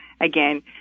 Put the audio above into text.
Again